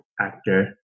actor